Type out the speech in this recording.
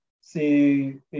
c'est